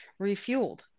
refueled